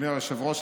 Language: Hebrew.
אדוני היושב-ראש,